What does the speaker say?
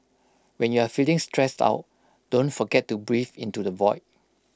when you are feeling stressed out don't forget to breathe into the void